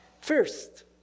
First